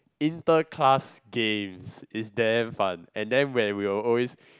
inter class games is damn fun and then where we will always